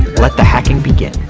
let the hacking begin.